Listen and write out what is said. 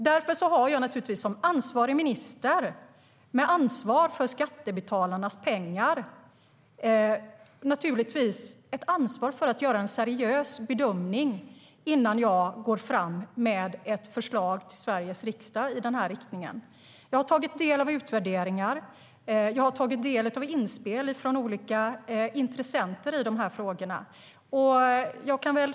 Därför har jag som ansvarig minister, med ansvar för skattebetalarnas pengar, ett ansvar för att göra en seriös bedömning innan jag kommer med ett förslag till Sveriges riksdag i den här riktningen. Jag har tagit del av utvärderingar. Och jag har tagit del av inspel från olika intressenter i frågorna.